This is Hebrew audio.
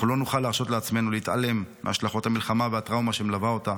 לא נוכל להרשות לעצמנו להתעלם מהשלכות המלחמה והטראומה שמלווה אותה.